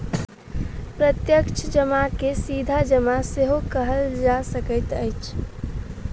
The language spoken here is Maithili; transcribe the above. प्रत्यक्ष जमा के सीधा जमा सेहो कहल जा सकैत अछि